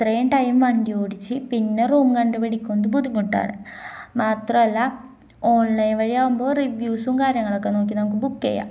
ഇത്രയും ടൈം വണ്ടി ഓടിച്ച് പിന്നെ റൂം കണ്ടുപിടിക്കുന്നത് ബുദ്ധിമുട്ടാണ് മാത്രമല്ല ഓൺലൈൻ വഴിയാവുമ്പോള് റിവ്യൂസും കാര്യങ്ങളൊക്കെ നോക്കി നമുക്ക് ബുക്കെയ്യാം